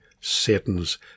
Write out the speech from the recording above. Satan's